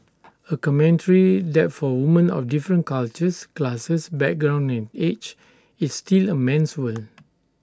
A commentary that for women of different cultures classes backgrounds and age it's still A man's world